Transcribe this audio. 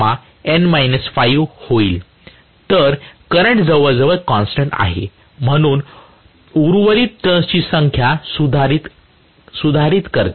तर करंट जवळजवळ कॉन्स्टन्ट आहे म्हणून उर्वरित टर्न्सची संख्या सुधारित करते